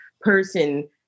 person